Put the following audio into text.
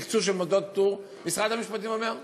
תקצוב של מוסדות פטור, ומשרד המשפטים אומר: